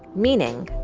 meaning.